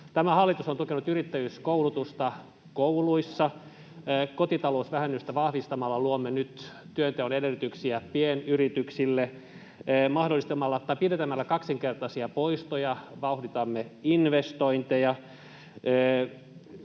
Tämä hallitus on tukenut yrittäjyyskoulutusta kouluissa. Kotitalousvähennystä vahvistamalla luomme nyt työnteon edellytyksiä pienyrityksille. Pidentämällä kaksinkertaisia poistoja vauhditamme investointeja.